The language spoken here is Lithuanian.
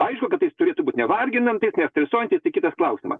aišku kad jis tūrėtų būt nevarginantis nestresuojantis tai kitas klausimas